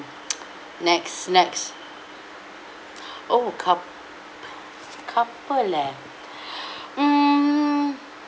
next next oh cou~ couple leh mm